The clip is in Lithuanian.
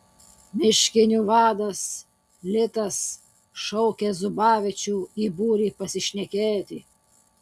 miškinių vadas litas šaukia zubavičių į būrį pasišnekėti